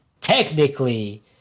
Technically